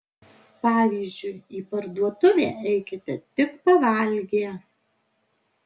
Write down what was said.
pavyzdžiui į parduotuvę eikite tik pavalgę